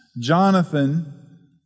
Jonathan